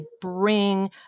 bring